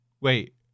wait